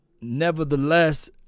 Nevertheless